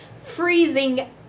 Freezing